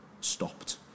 stopped